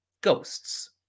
ghosts